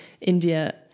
India